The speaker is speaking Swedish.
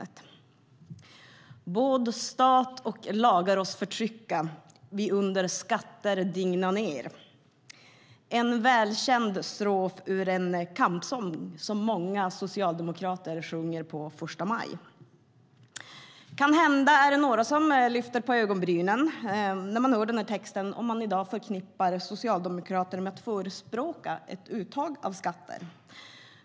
vi under skatter digna nerKanhända finns det några som lyfter på ögonbrynen när de hör den här texten om de i dag förknippar socialdemokrater med att förespråka ett uttag av skatter.